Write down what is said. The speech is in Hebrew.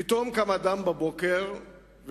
פתאום קם אדם בבוקר ומחליט,